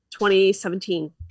2017